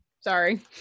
Sorry